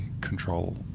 control